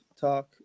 talk